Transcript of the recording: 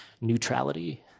neutrality